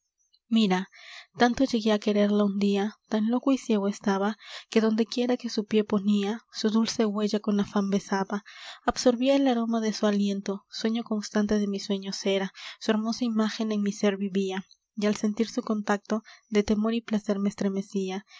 mira tanto llegué á quererla un dia tan loco y ciego estaba que donde quiera que su pié ponia su dulce huella con afan besaba absorbía el aroma de su aliento sueño constante de mis sueños era su hermosa imágen en mi sér vivia y al sentir su contacto de temor y placer me estremecia